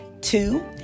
Two